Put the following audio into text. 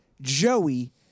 Joey